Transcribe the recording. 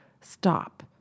Stop